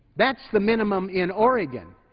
that's the minimum in oregon.